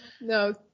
No